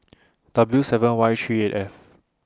W seven Y three eight F